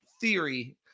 theory